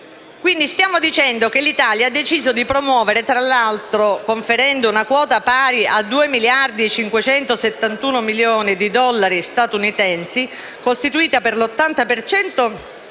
Quindi, stiamo dicendo che l'Italia ha deciso di promuovere - tra l'altro conferendo una quota pari a 2.571.800.000 dollari statunitensi, costituita per l'80